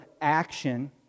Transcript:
action